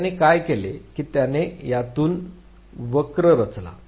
तर त्याने काय केले त्याने त्यातून वक्र रचला